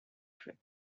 trip